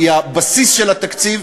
קריאה שנייה,